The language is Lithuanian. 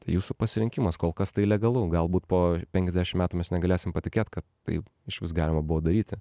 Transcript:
tai jūsų pasirinkimas kol kas tai legalu galbūt po penkiasdešim metų mes negalėsim patikėt kad taip išvis galima buvo daryti